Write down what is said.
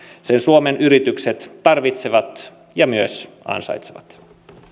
sen suomen yritykset tarvitsevat ja myös ansaitsevat